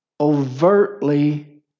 Overtly